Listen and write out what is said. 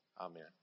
Amen